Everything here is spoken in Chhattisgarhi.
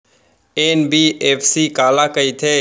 एन.बी.एफ.सी काला कहिथे?